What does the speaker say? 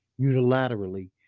unilaterally